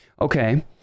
Okay